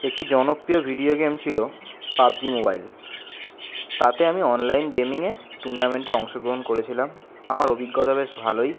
একটি জনপ্রিয় video game ছিল পাবজি মোবাইল তাতে আমি অনলাইন গেমিংয়ে টুর্নামেন্টে অংশগ্রহণ করেছিলাম আমার অভিজ্ঞতা বেশ ভালোই